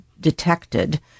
detected